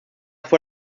fue